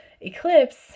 eclipse